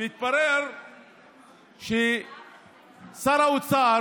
והתברר ששר האוצר